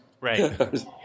Right